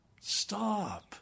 Stop